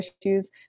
issues